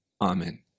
Amen